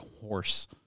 horse